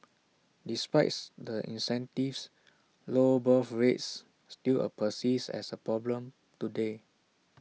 despites the incentives low birth rates still persist as A problem today